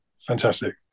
fantastic